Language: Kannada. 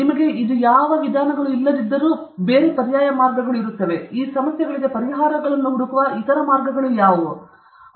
ನಿಮಗೆ ಇದು ಇಲ್ಲದಿದ್ದರೂ ಇತರ ಪರ್ಯಾಯ ಮಾರ್ಗಗಳು ಯಾವುವು ಈ ಸಮಸ್ಯೆಗಳಿಗೆ ಪರಿಹಾರಗಳನ್ನು ಹುಡುಕುವ ಇತರ ಮಾರ್ಗಗಳು ಯಾವುವು